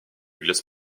glace